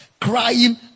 crying